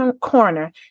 corner